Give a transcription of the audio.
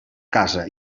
casa